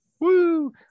woo